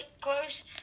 close